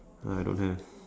I don't have